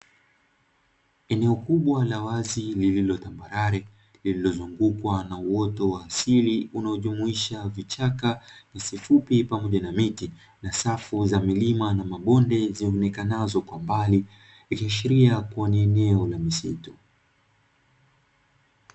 Eneo kubwa la wazi lililotambarare lililozungukwa na uoto wa asili unaojumuisha vichaka, nyasi fupi pamoja na miti na safu za milima na mabonde zionekanazo kwa mbali ikiashiria kua nieneo la misitu.